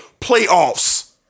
Playoffs